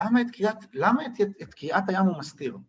למה את קריאת הים הוא מסתיר?